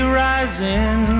rising